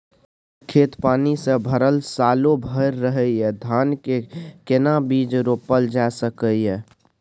हमर खेत पानी से भरल सालो भैर रहैया, धान के केना बीज रोपल जा सकै ये?